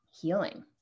healing